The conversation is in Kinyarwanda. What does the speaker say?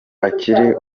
akiri